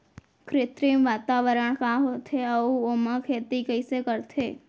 कृत्रिम वातावरण का होथे, अऊ ओमा खेती कइसे करथे?